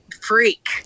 freak